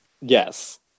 Yes